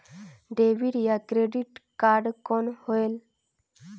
Debit या credit card कौन होएल?